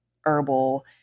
herbal